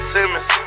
Simmons